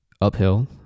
uphill